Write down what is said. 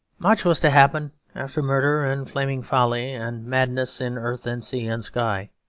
much was to happen after murder and flaming folly and madness in earth and sea and sky